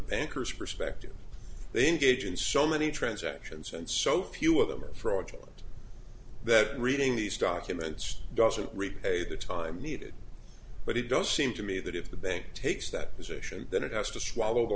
bankers perspective they engage in so many transactions and so few of them are frauds that reading these documents doesn't repay the time needed but it does seem to me that if the bank takes that position that it has to swallow the